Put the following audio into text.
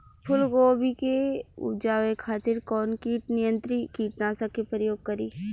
फुलगोबि के उपजावे खातिर कौन कीट नियंत्री कीटनाशक के प्रयोग करी?